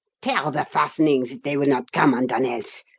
tear the fastenings, if they will not come undone else.